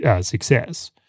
success